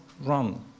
run